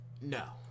No